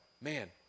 man